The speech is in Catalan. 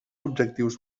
objectius